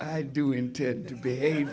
i do intend to behave